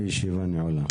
הישיבה נעולה.